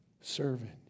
servant